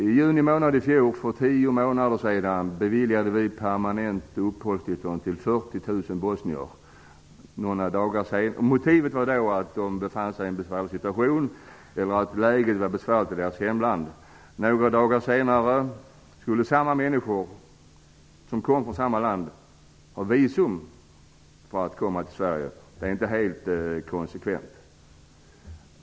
I juni i fjol, för tio månader sedan, beviljades Motivet var då att situationen var besvärlig eller att läget var besvärligt i deras hemland. Några dagar senare skulle människor som kom från samma land ha visum för att komma till Sverige. Det är inte helt konsekvent.